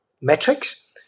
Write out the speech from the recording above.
metrics